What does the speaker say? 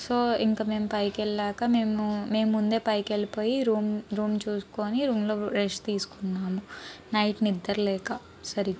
so ఇంకా మేం పైకెళ్లాక మేము మేం ముందే పైకెళ్లిపోయి రూము రూమ్ చూసుకొని రూమ్లో రెస్ట్ తీసుకున్నాము నైట్ నిద్దర లేక సరిగ్గా